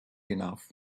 enough